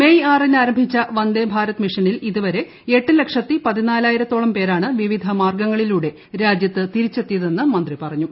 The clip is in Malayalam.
മേയ് ആറിന് ആരംഭിച്ച വന്ദേ ഭാരത് മിഷനിൽ ഇതുവരെ എട്ട് ലക്ഷത്തി പതിനാലായിരത്തോളം പേരാണ് വിവിധ മാർഗ്ഗങ്ങളിലൂടെ രാജ്യത്ത് തിരിച്ചെത്തിയതെന്ന് മന്ത്രി പറഞ്ഞു